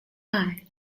eye